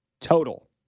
total